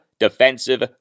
Defensive